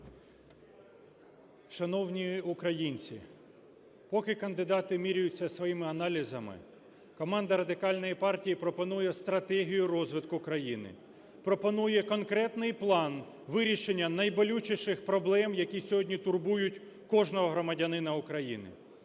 Шановні українці, поки кандидати міряються своїми аналізами, команда Радикальної партії пропонує стратегію розвитку країни, пропонує конкретний план вирішення найболючіших проблем, які сьогодні турбують кожного громадянина України.